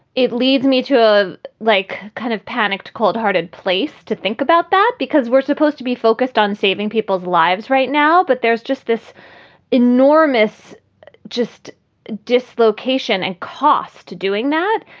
it leads me to ah like kind of panicked cold-hearted place to think about that, because we're supposed to be focused on saving people's lives right now. but there's just this enormous just dislocation and cost to doing that.